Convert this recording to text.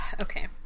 Okay